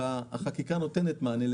החקיקה נותנת לזה מענה,